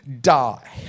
die